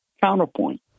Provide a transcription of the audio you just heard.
counterpoint